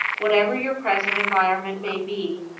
whatever your present environment may be,